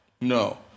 No